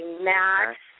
Max